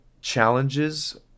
challenges